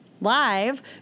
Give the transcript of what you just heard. Live